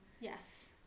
Yes